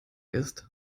ist